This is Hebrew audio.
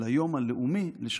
ליום הלאומי לשחיתות.